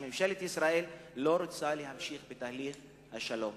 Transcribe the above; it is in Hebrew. שממשלת ישראל לא רוצה להמשיך בתהליך השלום.